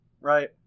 right